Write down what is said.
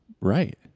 right